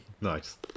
Nice